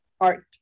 art